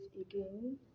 again